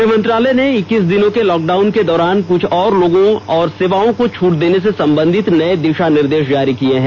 गृह मंत्रालय ने इक्कीस दिन के लॉकडाउन के दौरान कुछ और लोगों और सेवाओं को छूट देने से संबंधित नये दिशा निर्देश जारी किये हैं